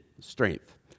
strength